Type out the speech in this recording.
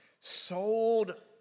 sold